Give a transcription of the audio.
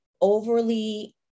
overly